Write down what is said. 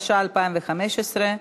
התשע"ה 2015,